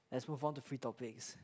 as move on to free topics